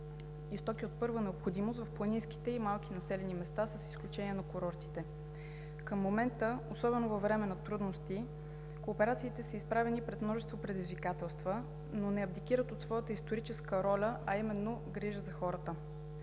и стоки от първа необходимост в планинските и малки населени места, с изключение на курортите. Към момента – особено във време на трудности, кооперациите са изправени пред множество предизвикателства, но не абдикират от своята историческа роля, а именно грижа за хората.